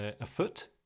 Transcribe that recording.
afoot